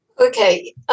Okay